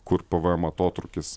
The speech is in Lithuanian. kur pavojams atotrūkis